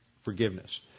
forgiveness